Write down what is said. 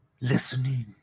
listening